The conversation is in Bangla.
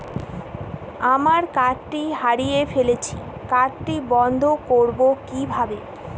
আমার কার্ডটি হারিয়ে ফেলেছি কার্ডটি বন্ধ করব কিভাবে?